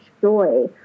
joy